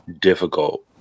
difficult